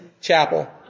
chapel